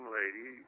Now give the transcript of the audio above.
lady